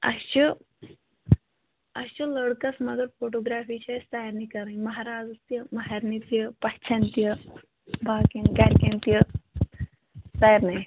اسہِ چھُ اسہِ چھُ لٔڑکَس مگر فوٹوگرٛافی چھِ اسہِ سارنٕے کَرٕنۍ ماہرازَس تہِ ماہرنہِ تہِ پَژھیٚن تہِ باقیَن گھرکیٚن تہِ سارنٕے